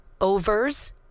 overs